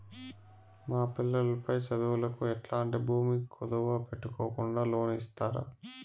మా పిల్లలు పై చదువులకు ఎట్లాంటి భూమి కుదువు పెట్టుకోకుండా లోను ఇస్తారా